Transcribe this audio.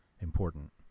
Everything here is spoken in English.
important